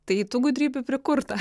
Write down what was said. tai tų gudrybių prikurta